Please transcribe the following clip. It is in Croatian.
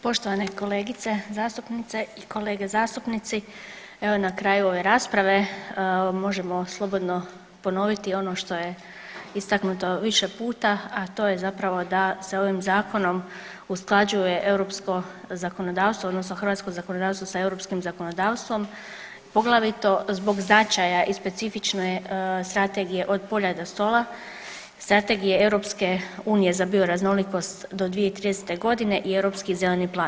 Poštovane kolegice zastupnice i kolege zastupnici evo na kraju ove rasprave možemo slobodno ponoviti ono što je istaknuto više puta, a to je zapravo da se ovim zakonom usklađuje europsko zakonodavstvo odnosno hrvatsko zakonodavstvo s europskim zakonodavstvom poglavito zbog značaja i specifične Strategije Od polja do stola, Strategije EU za bioraznolikost do 2030. godine i Europski zeleni plan.